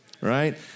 right